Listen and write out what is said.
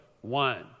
one